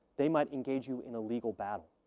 they might engage you in a legal battle,